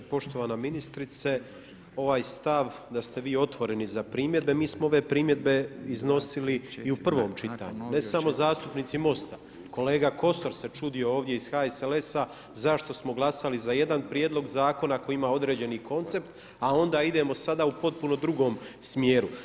Poštovana ministrice, ovaj stav da ste vi otvoreni za primjedbe, mi smo ove primjedbe iznosili i u prvom čitanju, ne samo zastupnici MOST-a, kolega Kosor se čudio ovdje iz HSLS-a zašto smo glasali za jedan prijedlog zakona koji ima određeni koncept, a onda idemo sada u potpuno drugom smjeru.